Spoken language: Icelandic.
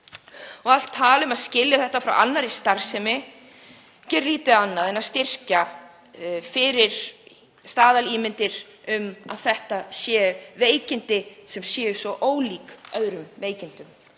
dag. Allt tal um að skilja það frá annarri starfsemi gerir lítið annað en að styrkja fyrir fram staðalímyndir um að þetta séu veikindi sem séu svo ólík öðrum veikindum,